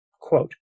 Quote